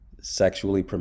sexually